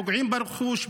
פוגעים ברכוש,